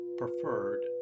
preferred